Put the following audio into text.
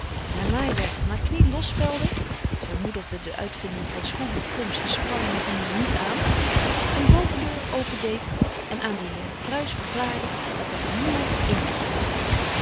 haar naaiwerk van haar knie losspeldde zij moedigde de uitvinding van schroeven plombs en spanriemen niet aan een bovendeur opendeed en aan den heer bruis verklaarde dat er niemand in was